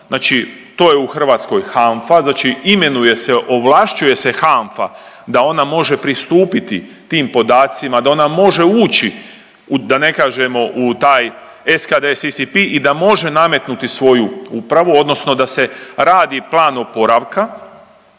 Znači to je u Hrvatskoj HANFA, znači imenuje se ovlašćuje se HANFA da ona može pristupiti tim podacima, da ona može ući da ne kažemo u taj SKDD-CCP i da može nametnuti svoju upravo odnosno da se radi plan oporavka